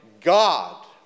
God